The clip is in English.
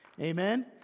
Amen